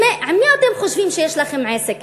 עם מי אתם חושבים שיש לכם עסק?